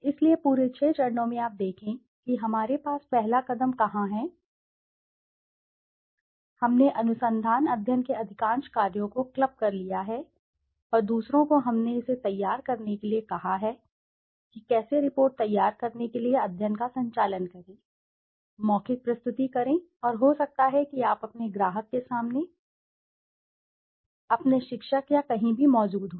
इसलिए पूरे छह चरणों में आप देखें कि हमारे पास पहला कदम कहाँ है हमने अनुसंधान अध्ययन के अधिकांश कार्यों को क्लब कर लिया है और दूसरों को हमने इसे तैयार करने के लिए कहा है कि कैसे रिपोर्ट तैयार करने के लिए अध्ययन का संचालन करें मौखिक प्रस्तुति करें और हो सकता है कि आप अपने ग्राहक के सामने अपने शिक्षक या कहीं भी मौजूद हों